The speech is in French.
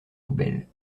poubelles